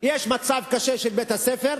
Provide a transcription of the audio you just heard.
יש מצב קשה של בית-הספר,